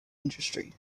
industry